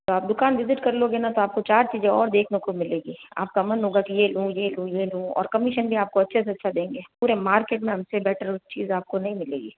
तो आप दुकान विज़िट कर लोगे ना तो आपको चार चीज़ें और देखने को मिलेगी आपका मन होगा कि ये लूँ ये लूँ ये लूँ और कमीशन भी आपको अच्छे से अच्छा देंगे पूरे मार्केट में हमसे बेटर उस चीज़ आपको नहीं मिलेगी